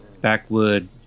backwood